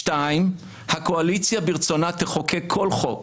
שתיים, הקואליציה ברצונה תחוקק כל חוק.